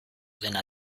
dena